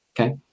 Okay